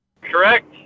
Correct